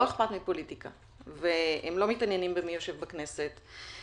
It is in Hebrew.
אכפת מפוליטיקה והם לא מתעניינים במי יושב בכנסת,